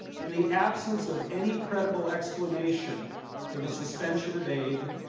in the absence of any credible explanation for the suspension of aid,